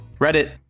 Reddit